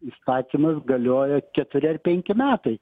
įstatymas galioja keturi ar penki metai